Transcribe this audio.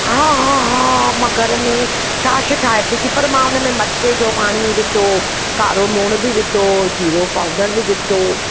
हा हा हा मां घर में छाछ ठाहे पिती पर मां हुन में मटके जो पाणी विधो कारो लूणु बि विधो जीरो पाउडर बि विधो